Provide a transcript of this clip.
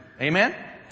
Amen